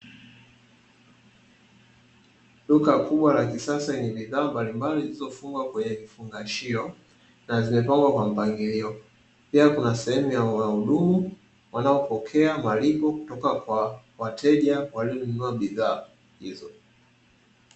Duka kubwa la kisasa lenye bidhaa mbalimbali zilizofungwa kwenye kufungashio, na zimepangwa kwa mpangilio. Pia kuna sehemu ya wahudumu wanaopokea malipo kutoka kwa wateja walionunua bidhaa hizo.